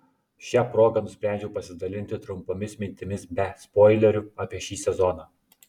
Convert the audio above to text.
šia proga nusprendžiau pasidalinti trumpomis mintimis be spoilerių apie šį sezoną